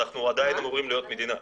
אנחנו עדיין אמורים להיות מדינה.